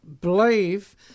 believe